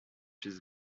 his